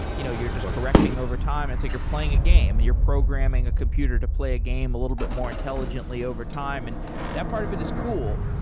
you know you're just correcting over time, it's like you're playing a game and you're programming a computer to play a game, a little more intelligently over time and that part of it is cool.